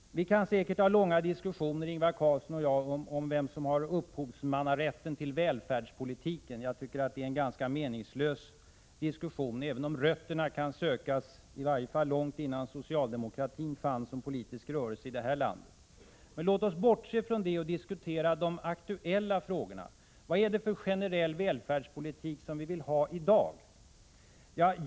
Vi kan säkert ha många diskussioner, Ingvar Carlsson och jag, om vem som har upphovsmannarätten till välfärdspolitiken. Jag tycker att det är en ganska meningslös diskussion, även om rötterna kan sökas i varje fall långt innan socialdemokratin fanns som politisk rörelse i det här landet. Men låt oss bortse från det och diskutera de aktuella frågorna. Vad är det för generell välfärdspolitik som vi vill ha i dag?